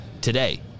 Today